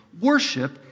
Worship